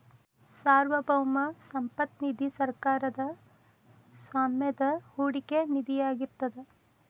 ಸಾರ್ವಭೌಮ ಸಂಪತ್ತ ನಿಧಿ ಸರ್ಕಾರದ್ ಸ್ವಾಮ್ಯದ ಹೂಡಿಕೆ ನಿಧಿಯಾಗಿರ್ತದ